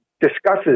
discusses